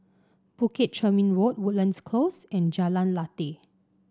Bukit Chermin Road Woodlands Close and Jalan Lateh